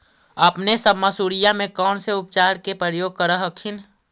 अपने सब मसुरिया मे कौन से उपचार के प्रयोग कर हखिन?